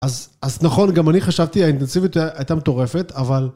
אז נכון, גם אני חשבתי האינטנסיביות הייתה מטורפת, אבל...